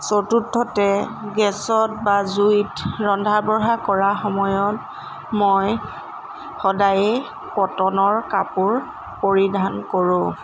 চতুৰ্থতে গেছত বা জুইত ৰন্ধা বঢ়া কৰা সময়ত মই সদায়েই কটনৰ কাপোৰ পৰিধান কৰোঁ